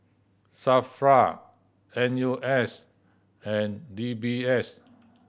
SAFRA N U S and D B S